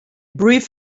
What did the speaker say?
brief